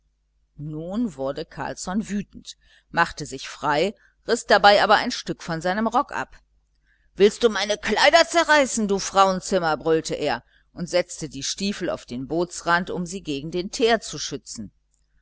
nun wurde carlsson wütend machte sich frei riß dabei aber ein stück von seinem rock ab willst du meine kleider zerreißen du frauenzimmer brüllte er und setzte die stiefel auf den bootsrand um sie gegen den teer zu schützen